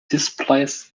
displays